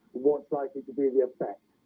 what's likely to be the effect?